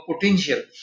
potential